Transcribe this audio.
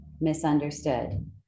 misunderstood